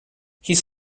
his